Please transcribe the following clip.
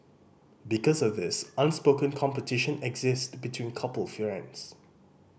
because of this unspoken competition exists between couple friends